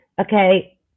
okay